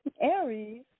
Aries